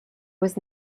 was